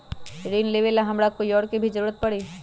ऋन लेबेला हमरा कोई और के भी जरूरत परी?